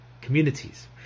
communities